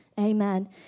Amen